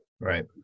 right